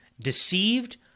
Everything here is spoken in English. deceived